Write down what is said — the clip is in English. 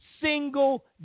single